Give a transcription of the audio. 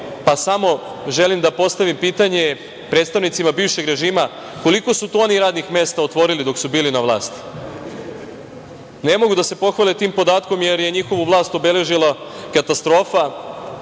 pa samo želim da postavim pitanje predstavnicima bivšeg režima - koliko su to oni radnih mesta otvorili dok su bili na vlasti? Ne mogu da se pohvale tim podatkom jer je njihovu vlast obeležila katastrofa,